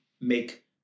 make